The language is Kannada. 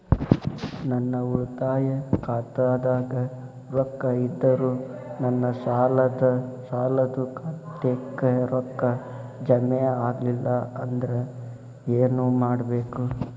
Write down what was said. ನನ್ನ ಉಳಿತಾಯ ಖಾತಾದಾಗ ರೊಕ್ಕ ಇದ್ದರೂ ನನ್ನ ಸಾಲದು ಖಾತೆಕ್ಕ ರೊಕ್ಕ ಜಮ ಆಗ್ಲಿಲ್ಲ ಅಂದ್ರ ಏನು ಮಾಡಬೇಕು?